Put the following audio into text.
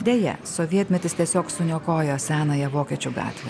deja sovietmetis tiesiog suniokojo senąją vokiečių gatvę